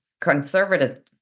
conservative